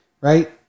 right